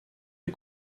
les